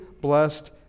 blessed